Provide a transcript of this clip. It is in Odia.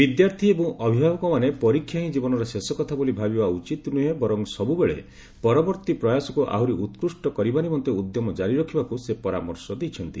ବିଦ୍ୟାର୍ଥୀ ଏବଂ ଅଭିଭାବକମାନେ ପରୀକ୍ଷା ହିଁ ଜୀବନର ଶେଷ କଥା ବୋଲି ଭାବିବା ଉଚିତ୍ ନୁହେଁ ବରଂ ସବୁବେଳେ ପରବର୍ତ୍ତୀ ପ୍ରୟାସକୁ ଆହୁରି ଉକୁଷ୍ଟ କରିବା ନିମନ୍ତେ ଉଦ୍ୟମ କାରି ରଖିବାକୁ ସେ ପରାମର୍ଶ ଦେଇଛନ୍ତି